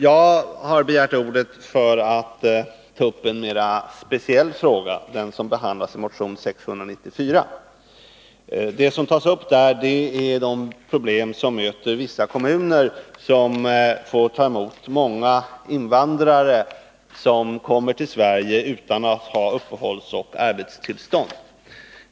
Jag har begärt ordet för att ta upp en mer speciell fråga, den som behandlas i motion 694. I den tas upp de problem som möter vissa kommuner som får ta emot många invandrare som kommer till Sverige utan att ha uppehållsoch arbetstillstånd.